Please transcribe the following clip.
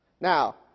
Now